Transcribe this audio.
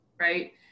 Right